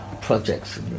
projects